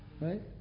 Right